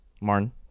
Martin